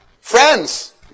Friends